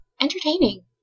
entertaining